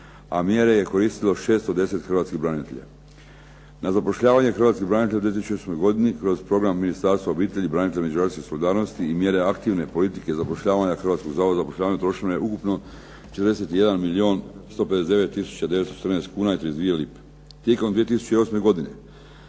a mjere je koristilo 610 hrvatskih branitelja. Na zapošljavanje hrvatskih branitelja u 2008. godini kroz programa Ministarstva obitelji, branitelja i međugeneracijske solidarnosti i mjere aktivne politike zapošljavanja Hrvatskog zavoda za zapošljavanje potrošeno je ukupno 41 milijun 159 tisuća 914 kuna i 32 lipe. Tijekom 2008. godine